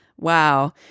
wow